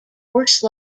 horse